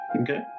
Okay